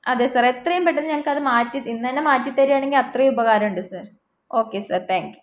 അതെ സർ എത്രയും പെട്ടെന്ന് ഞങ്ങൾക്കത് മാറ്റി ഇന്നന്നെ മാറ്റിത്തരികയാണെങ്കിൽ അത്രയും ഉപകാരം ഉണ്ട് sir okay sir thank U